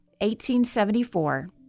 1874